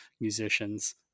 musicians